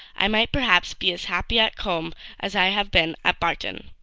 i might perhaps be as happy at combe as i have been at barton.